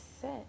sit